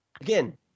Again